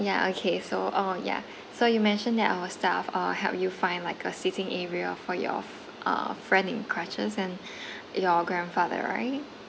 yeah okay so uh yeah so you mentioned that our staff uh helped you find like a seating area for your uh friend in crutches and your grandfather right